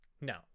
no